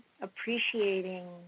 appreciating